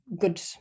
good